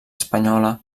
espanyola